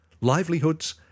livelihoods